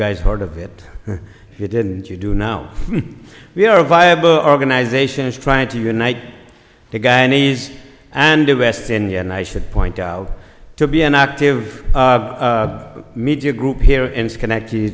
guys heard of it if you didn't you do now we are a viable organization is trying to unite the guy nice and the west and i should point out to be an active media group here in schenectady